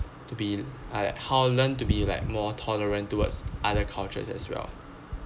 to be like how we learn to be like more tolerant towards other cultures as well